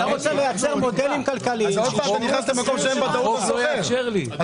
אתה רוצה לייצר מודלים כלכליים --- אדוני היושב ראש,